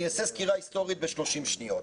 אני אעשה סקירה היסטורית בשלושים שניות.